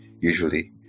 usually